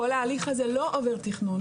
כל ההליך הזה לא עובר תכנון,